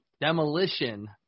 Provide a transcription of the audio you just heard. demolition